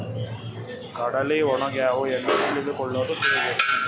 ಕಡಲಿ ಒಣಗ್ಯಾವು ಎಂದು ತಿಳಿದು ಕೊಳ್ಳೋದು ಹೇಗೆ?